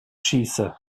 schieße